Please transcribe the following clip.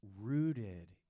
rooted